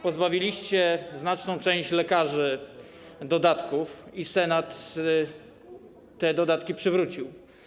Pozbawiliście znaczną część lekarzy dodatków i Senat te dodatki przywrócił.